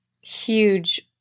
huge